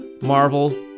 Marvel